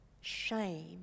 Shame